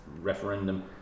referendum